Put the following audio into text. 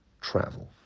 travel